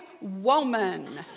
woman